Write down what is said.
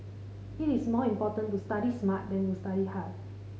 it is more important to study smart than to study hard